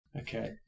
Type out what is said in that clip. Okay